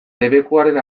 debekuaren